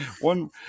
one